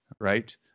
right